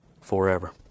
forever